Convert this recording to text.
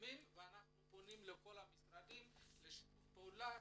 בסיכום שלנו ואנחנו פונים לכל המשרדים בבקשה לשיתוף פעולה.